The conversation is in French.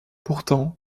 pourtant